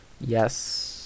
Yes